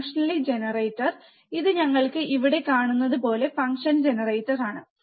ഫംഗ്ഷനിലേക്ക് ജനറേറ്റർ ഇത് നിങ്ങൾക്ക് ഇവിടെ കാണാനാകുന്നതുപോലെ ഫംഗ്ഷൻ ജനറേറ്ററാണ്